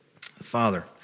Father